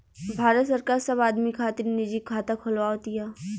भारत सरकार सब आदमी खातिर निजी खाता खोलवाव तिया